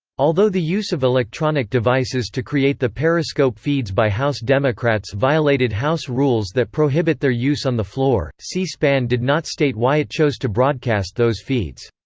although the use of electronic devices to create the periscope feeds by house democrats violated house rules that prohibit their use on the floor, c-span did not state why it chose to broadcast those feeds.